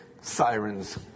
sirens